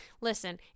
listen